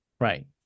Right